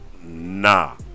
nah